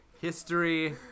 History